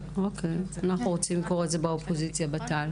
אוקיי, אנחנו רוצים לקרוא לזה באופוזיציה בט"ל.